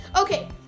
Okay